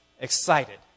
excited